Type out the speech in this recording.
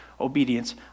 obedience